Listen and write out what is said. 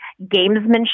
gamesmanship